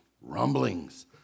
rumblings